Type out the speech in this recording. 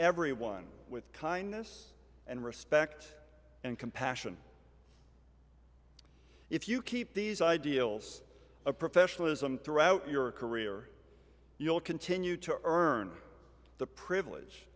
everyone with kindness and respect and compassion if you keep these ideals of professionalism throughout your career you'll continue to earn the privilege